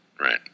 Right